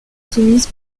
soumise